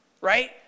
right